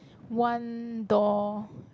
one door